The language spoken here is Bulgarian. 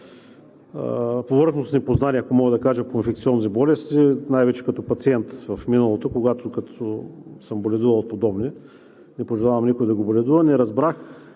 повърхностни познания, ако мога да кажа, по инфекциозни болести най-вече като пациент в миналото, когато, като съм боледувал подобни – не пожелавам на никой да ги боледува, не разбрах,